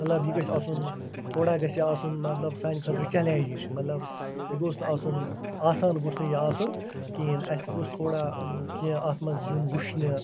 مطلب یہِ گژھِ آسُن تھوڑا گژھِ یہِ آسُن مطلب سانہِ خٲطرٕ چَلینجِنٛگ مطلب یہِ گوٚژھ نہٕ آسُن آسان گوٚژھ نہٕ یہِ آسُن کِہیٖنۍ اَسہِ گوٚژھ تھوڑا کیٚنہہ اَتھ منٛز یُن وٕچھنہٕ